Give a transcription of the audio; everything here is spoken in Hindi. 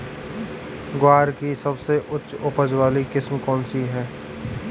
ग्वार की सबसे उच्च उपज वाली किस्म कौनसी है?